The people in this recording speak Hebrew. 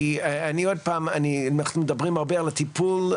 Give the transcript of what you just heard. אנחנו מדברים הרבה על הטיפול,